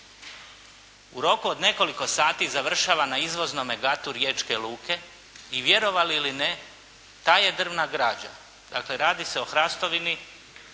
u roku od nekoliko sati završava na izvoznome gatu riječke luke, i vjerovali ili ne, ta je drvna građa, dakle radi se o hrastovini,